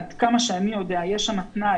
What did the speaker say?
עד כמה שאני יודע, יש שם תנאי.